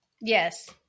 Yes